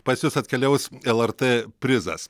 pas jus atkeliaus lrt prizas